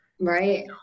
Right